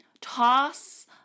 toss